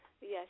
yes